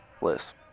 list